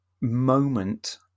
moment